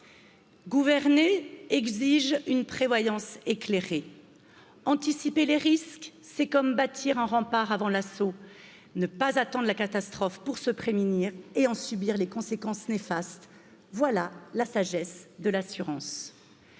gouverner exige une Danti, ceci per les risques, c'est comme bâtir un rempart avant l'assaut, ne pas attendre la catastrophe pour se prémunir et en subir les conséquences néfastes. voilà la sagesse de l'assurance.